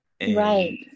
Right